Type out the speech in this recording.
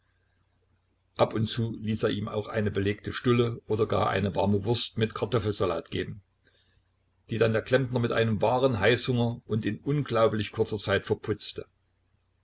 ab und zu ließ er ihm auch eine belegte stulle oder gar eine warme wurst mit kartoffelsalat geben die dann der klempner mit einem wahren heißhunger und in unglaublich kurzer zeit verputzte